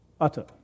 utter